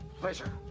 pleasure